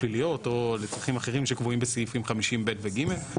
פליליות או צרכים אחרים שקבועים בסעיפים 50ב ו-ג.